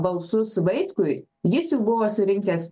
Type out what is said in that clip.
balsus vaitkui jis jų buvo surinkęs